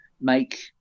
make